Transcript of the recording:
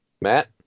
Matt